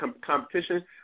competition